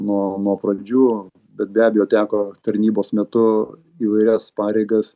nuo nuo pradžių bet be abejo teko tarnybos metu įvairias pareigas